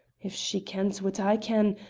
if she kent whit i ken,